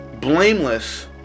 blameless